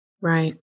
Right